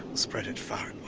spread it far and wide!